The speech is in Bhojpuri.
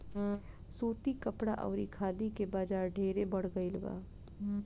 सूती कपड़ा अउरी खादी के बाजार ढेरे बढ़ गईल बा